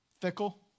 Fickle